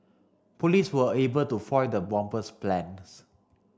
police were able to foil the bomber's plans